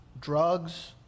drugs